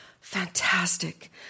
Fantastic